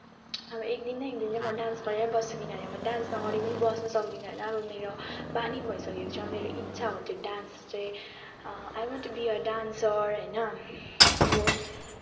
अब अब एक दिन न एक दिन चाहिँ म डान्स गरेर बस्न सक्दिनँ होइन म डान्स नगरिकन चाहिँ बस्न सक्दिनँ होइन अब मेरो बानी भइसकेको छ मेरो इच्छा हो त्यो डान्स चाहिँ I want to be a dancer होइन अब